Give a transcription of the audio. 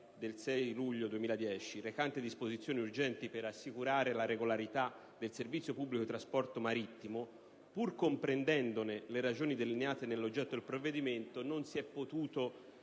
6 luglio 2010, n. 103, recante disposizioni urgenti per assicurare la regolarità del servizio pubblico di trasporto marittimo»), pur comprendendo le ragioni delineate nell'oggetto del provvedimento non si è potuto